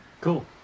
Cool